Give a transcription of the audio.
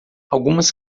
algumas